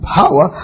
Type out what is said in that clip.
power